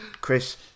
Chris